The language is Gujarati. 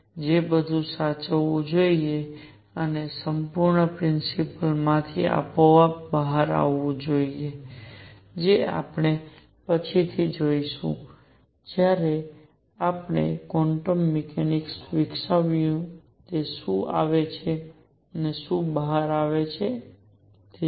જે બધું સાચવવું જોઈએ અને સંપૂર્ણ પ્રિન્સિપલ માંથી આપોઆપ બહાર આવવું જોઈએ જે આપણે પછીથી જોઈશું જ્યારે આપણે ક્વોન્ટમ મિકેનિક્સ વિકસાવી શું જે તે બહાર આવે છે